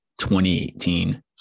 2018